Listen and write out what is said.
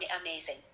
amazing